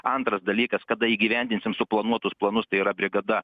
antras dalykas kada įgyvendinsim suplanuotus planus tai yra brigada